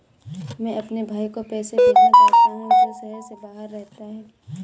मैं अपने भाई को पैसे भेजना चाहता हूँ जो शहर से बाहर रहता है